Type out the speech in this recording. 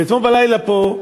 ואתמול בלילה פה,